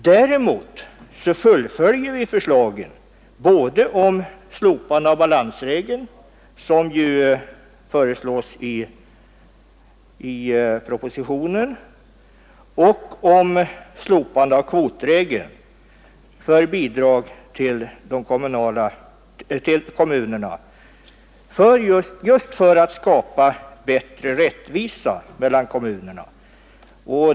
Däremot fullföljer vi förslagen både om slopande av balansregeln, något som föreslås i propositionen, och om slopande av kvotregeln för bidrag till kommunerna just för att skapa bättre rättvisa mellan kommunerna.